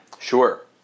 Sure